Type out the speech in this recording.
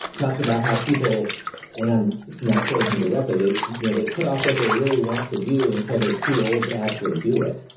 talks about how people and i'm not quoting him directly they you know they put off what they really want to do until they're too old to actually do it.